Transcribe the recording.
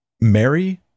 Mary